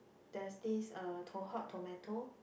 there's this uh to~ Hot-Tomato